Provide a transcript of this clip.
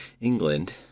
England